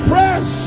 Press